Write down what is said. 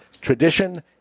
tradition